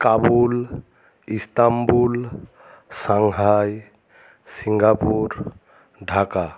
Kabul Istanbul Shanghai Singapore Dhaka